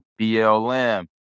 BLM